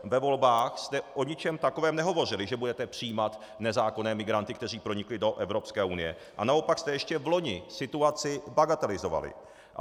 Ve volbách jste o ničem takovém nehovořili, že budete přijímat nezákonné migranty, kteří pronikli do Evropské unie, a naopak jste ještě vloni situaci bagatelizovali.